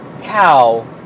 Cow